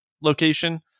location